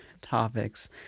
topics